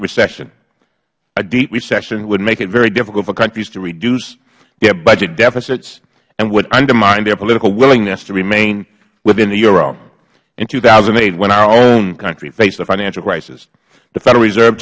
recession a deep recession would make it very difficult for countries to reduce their budget deficits and would undermine their political willingness to remain within the euro in two thousand and eight when our own country faced the financial crisis the federal reserve